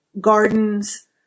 gardens